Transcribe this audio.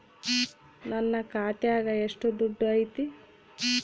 ನನ್ನ ಖಾತ್ಯಾಗ ಎಷ್ಟು ದುಡ್ಡು ಐತಿ?